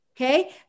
Okay